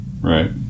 right